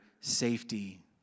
safety